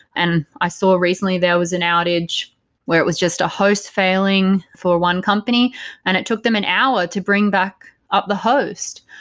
and i saw it recently. there was an outage where it was just a host failing for one company and it took them an hour to bring back up the host.